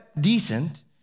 decent